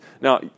Now